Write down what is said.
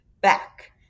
back